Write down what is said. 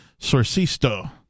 Sorcisto